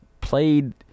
played